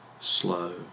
slow